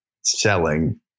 selling